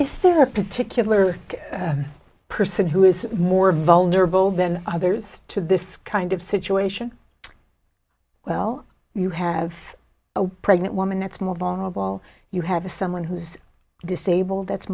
is there a particular person who is more vulnerable than others to this kind of situation well you have a pregnant woman that's more vulnerable you have a someone who's disabled that's